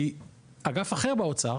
כי אגף אחר באוצר